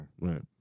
Right